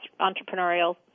entrepreneurial